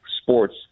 sports